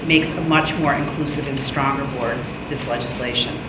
makes them much more inclusive and stronger for this legislation